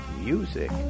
music